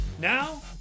Now